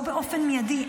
לא באופן מיידי.